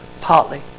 partly